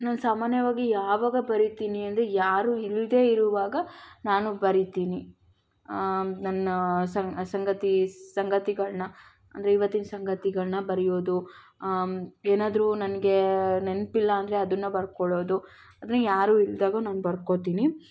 ನಾನು ಸಾಮಾನ್ಯವಾಗಿ ಯಾವಾಗ ಬರಿತೀನಿ ಅಂದರೆ ಯಾರು ಇಲ್ಲದೆ ಇರುವಾಗ ನಾನು ಬರಿತೀನಿ ನನ್ನ ಸಂಗ ಸಂಗತಿ ಸಂಗತಿಗಳನ್ನ ಅಂದರೆ ಇವತ್ತಿನ ಸಂಗತಿಗಳನ್ನ ಬರಿಯೋದು ಏನಾದ್ರೂ ನನಗೆ ನೆನಪಿಲ್ಲ ಅಂದರೆ ಅದನ್ನು ಬರ್ಕೊಳ್ಳೋದು ಅಂದರೆ ಯಾರು ಇಲ್ಲದಾಗ ನಾನು ಬರ್ಕೋತೀನಿ